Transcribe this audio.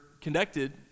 connected